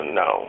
no